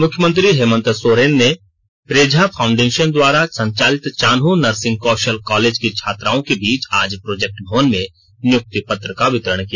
मुख्यमंत्री हेमंत सोरेन ने प्रेझा फाउंडेशन द्वारा संचालित चान्हो नर्सिंग कौशल कॉलेज की छात्राओं के बीच आज प्रोजेक्ट भवन में नियुक्ति पत्र का वितरण किया